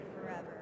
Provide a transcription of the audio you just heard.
forever